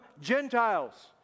Gentiles